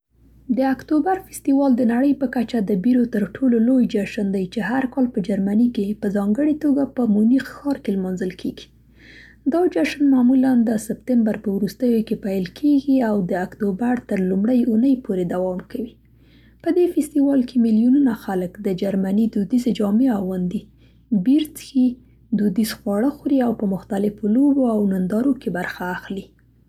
د اکتوبر فستیوال د نړۍ په کچه د بیرو ترټولو لوی جشن دی، چې هر کال په جرمني کې په ځانګړې توګه په مونیخ ښار کې نمانځل کیږي. دا جشن معمولا د سپتمبر په وروستیو کې پیل کیږي او د اکتوبر تر لومړۍ اوونۍ پورې دوام کوي. په دې فستیوال کې میلیونونه خلک د جرمني دودیزې جامې اغوندي، بیر څښي، دودیز خواړه خوري او په مختلفو لوبو او نندارو کې برخه اخلي.